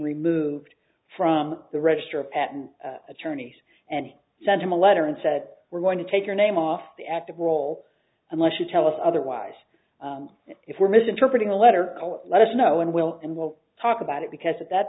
removed from the register of patent attorneys and sent him a letter and said we're going to take your name off the active role unless you tell us otherwise if we're misinterpreting the letter let us know and we'll and we'll talk about it because at that